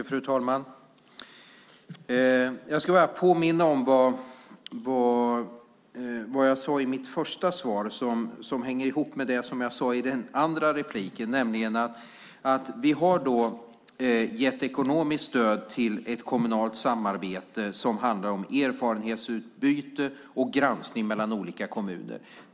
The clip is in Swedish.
Fru talman! Jag ska bara påminna om vad jag sade i mitt första svar, som hänger ihop med vad jag sade i mitt andra inlägg. Vi har gett ekonomiskt stöd till ett kommunalt samarbete som handlar om erfarenhetsutbyte och granskning mellan olika kommuner.